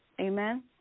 amen